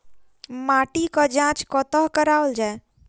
माटिक जाँच कतह कराओल जाए?